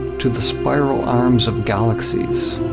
to the spiral arms of galaxies.